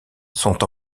sont